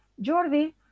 Jordi